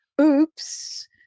oops